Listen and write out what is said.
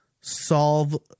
solve